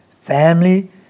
family